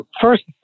first